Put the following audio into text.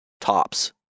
tops